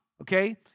okay